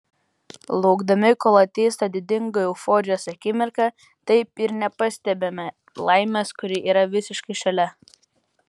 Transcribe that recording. laukdami kol ateis ta didinga euforijos akimirka taip ir nepastebime laimės kuri yra visai šalia